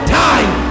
time